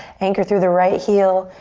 anchor through the right heel.